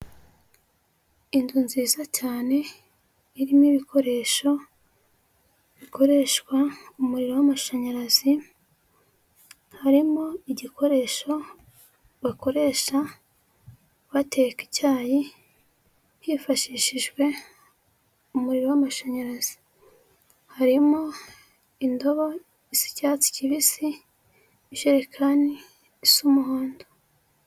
Inzu nziza cyane, irimo ibikoresho bikoreshwa umuriro w'amashanyarazi, harimo igikoresho bakoresha bateka icyayi hifashishijwe umuriro w'amashanyarazi. Harimo indobo z'icyatsi kibisi, ijerekani isa umuhondo.